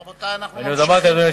אמרתי,